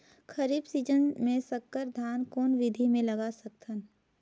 खरीफ season मे संकर धान कोन विधि ले लगा सकथन?